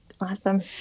awesome